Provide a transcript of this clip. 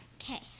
Okay